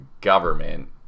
government